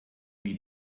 die